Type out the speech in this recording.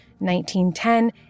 1910